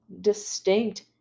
distinct